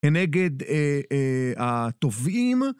‫כנגד התובעים.